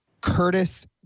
Curtis